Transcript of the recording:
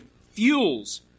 fuels